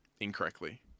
Incorrectly